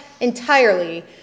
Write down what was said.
entirely